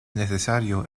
necesario